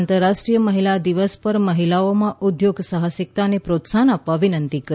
આંતરરાષ્ટ્રીય મહિલા દિવસ પર મહિલાઓમાં ઉદ્યોગ સાહસિકતાને પ્રોત્સાહન આપવા વિનંતી કરી